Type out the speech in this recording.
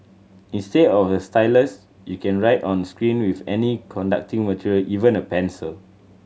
instead of a stylus you can write on screen with any conducting material even a pencil